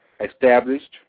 established